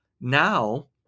now